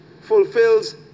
fulfills